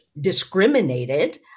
discriminated